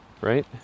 Right